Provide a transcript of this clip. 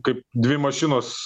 kaip dvi mašinos